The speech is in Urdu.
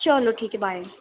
چلو ٹھیک ہے بائے